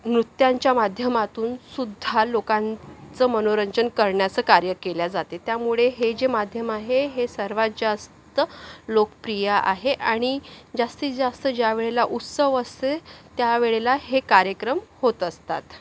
नृत्यांच्या माध्यमातूनसुद्धा लोकांचं मनोरंजन करण्याचं कार्य केल्या जाते त्यामुळे हे जे माध्यम आहे हे सर्वात जास्त लोकप्रिय आहे आणि जास्तीत जास्त ज्यावेळेला उत्सव असते त्यावेळेला हे कार्यक्रम होत असतात